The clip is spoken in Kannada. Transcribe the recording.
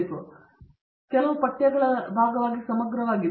ಇದು ಇಲ್ಲಿ ಕೆಲವು ಪಠ್ಯಗಳ ಭಾಗವಾಗಿ ಸಮಗ್ರವಾಗಿದೆ